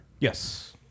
Yes